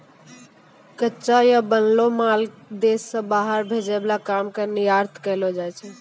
कच्चा या बनैलो माल देश से बाहर भेजे वाला काम के निर्यात कहलो जाय छै